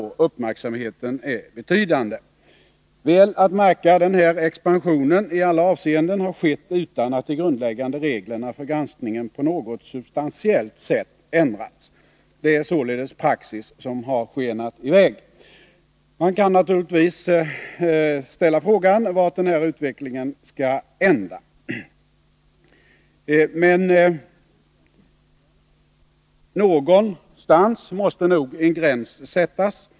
Uppmärksamheten är betydande. Väl att märka, den här expansionen i alla avseenden har skett utan att de grundläggande reglerna för granskningen på något substantiellt sätt har ändrats. Det är således praxis som har skenat i väg. Man kan naturligtvis fråga sig vart den här utvecklingen skall ända. Någonstans måste nog en gräns sättas.